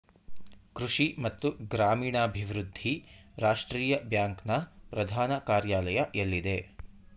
ಕೃಷಿ ಮತ್ತು ಗ್ರಾಮೀಣಾಭಿವೃದ್ಧಿ ರಾಷ್ಟ್ರೀಯ ಬ್ಯಾಂಕ್ ನ ಪ್ರಧಾನ ಕಾರ್ಯಾಲಯ ಎಲ್ಲಿದೆ?